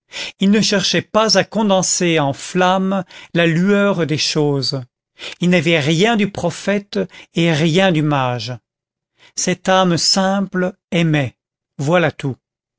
il ne cherchait pas à condenser en flamme la lueur des choses il n'avait rien du prophète et rien du mage cette âme simple aimait voilà tout